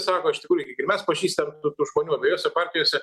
sako iš tikrųjų mes pažįstam tų žmonių abiejose partijose